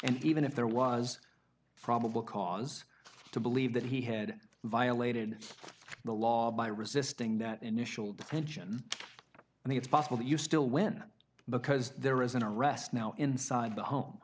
and even if there was probable cause to believe that he had violated the law by resisting that initial detention and it's possible that you still win because there is an arrest now inside the home